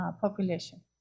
population